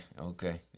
Okay